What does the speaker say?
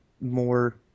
more